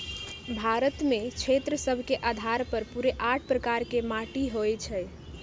भारत में क्षेत्र सभ के अधार पर पूरे आठ प्रकार के माटि होइ छइ